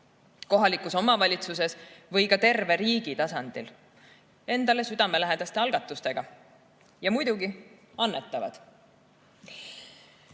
kohalikus omavalitsuses või ka terve riigi tasandil endale südamelähedaste algatustega ja muidugi annetavad.